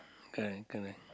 correct correct